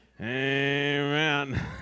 Amen